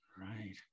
Right